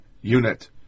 unit